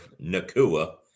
Nakua